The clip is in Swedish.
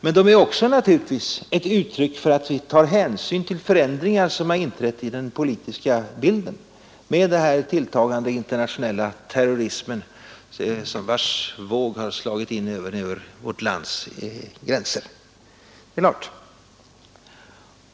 Men föreskrifterna är naturligtvis också ett uttryck för att vi tar hänsyn till förändringar som inträtt i den politiska bilden med den tilltagande internationella terrorismen, vars våg slagit in även över vårt lands gränser.